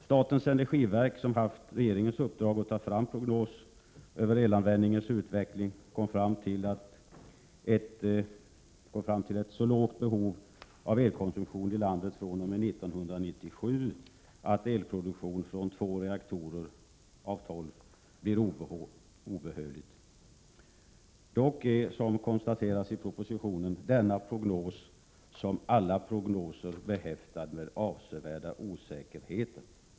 Statens energiverk, som haft regeringens uppdrag att ta fram prognos över elanvändningens utveckling, kom fram till ett så lågt behov av elkonsumtion i landet fr.o.m. 1997 att elproduktion från två reaktorer av tolv blir obehövligt. Dock är, som konstateras i propositionen, denna prognos som alla prognoser behäftad med avsevärda osäkerheter.